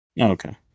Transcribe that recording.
Okay